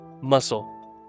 muscle